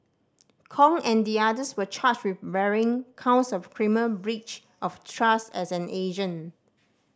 Kong and the others were charged with varying counts of criminal breach of trust as an agent